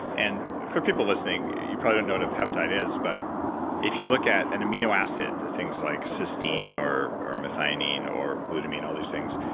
and for people listening, you probably don't know what a peptide is, but if you look at an amino acid the things like cysteine or or methionine or glutamine, all these things,